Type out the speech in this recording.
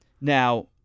Now